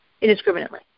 indiscriminately